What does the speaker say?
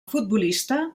futbolista